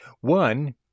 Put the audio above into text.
One